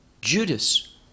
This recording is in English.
Judas